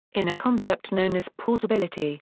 in a concept known as portability.